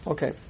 Okay